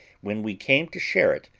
when we came to share it,